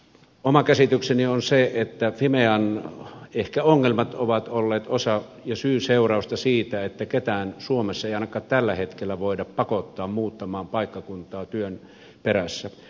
oma käsitykseni on se että ehkä fimean ongelmat ovat olleet osa ja syyseurausta siitä että ketään suomessa ei ainakaan tällä hetkellä voida pakottaa muuttamaan paikkakuntaa työn perässä